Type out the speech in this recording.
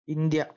India